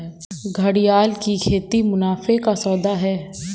घड़ियाल की खेती मुनाफे का सौदा है